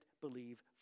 believe